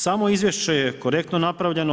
Samo izvješće je korektno napravljeno.